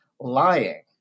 lying